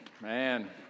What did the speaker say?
man